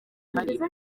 ibimenyetso